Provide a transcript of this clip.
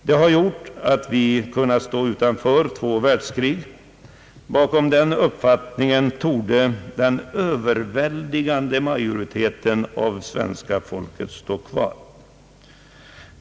Det har gjort att vi har kunnat stå utanför två världskrig, Bakom den uppfattningen torde den överväldigande majoriteten av det svenska folket stå.